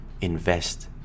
invest